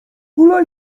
hulaj